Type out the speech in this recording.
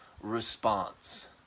response